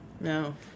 no